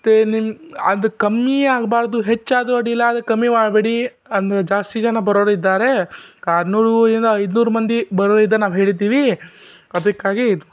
ಮತ್ತು ನಿಮ್ಮ ಅದು ಕಮ್ಮಿಯಾಗಬಾರ್ದು ಹೆಚ್ಚಾದರೂ ಅಡ್ಡಿಯಿಲ್ಲ ಆದ್ರೆ ಕಮ್ಮಿ ಮಾಡಬೇಡಿ ಅಂದರೆ ಜಾಸ್ತಿ ಜನ ಬರೋವ್ರಿದ್ದಾರೆ ಆರುನೂರು ಇಂದ ಐನೂರು ಮಂದಿ ಬರೋರಿದ್ದಾರೆ ನಾವು ಹೇಳಿದ್ದೀವಿ ಅದಕ್ಕಾಗಿ